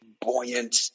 buoyant